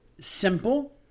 simple